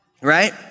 Right